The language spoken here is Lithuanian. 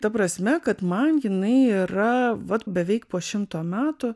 ta prasme kad man jinai yra vat beveik po šimto metų